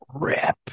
rip